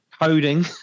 coding